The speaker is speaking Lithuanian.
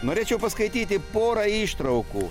norėčiau paskaityti porą ištraukų